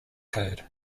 code